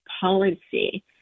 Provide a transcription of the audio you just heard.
policy